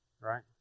right